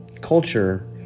Culture